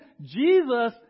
Jesus